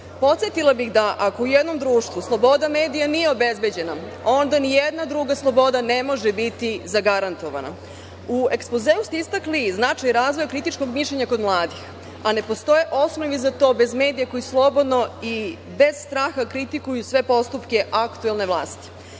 vlasti. Podsetila bih, ako u jednom društvu sloboda medija nije obezbeđena, onda ni jedna druga sloboda ne može biti zagarantovana.U ekspozeu ste istakli značaj razvoja kritičkog mišljenja kod mladih, a ne postoje osnovi za to bez medija koji slobodno i bez straha kritikuju sve postupke aktuelne vlasti.U